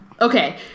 okay